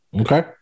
okay